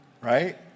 Right